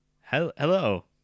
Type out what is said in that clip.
Hello